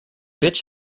bitch